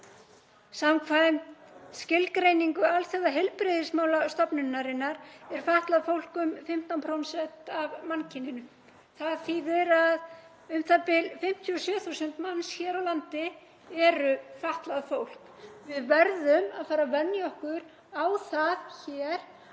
Samkvæmt skilgreiningu Alþjóðaheilbrigðismálastofnunarinnar er fatlað fólk um 15% af mannkyninu. Það þýðir að u.þ.b. 57.000 manns hér á landi eru fatlað fólk. Við verðum að fara að venja okkur á það hér